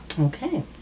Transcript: Okay